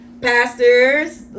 Pastors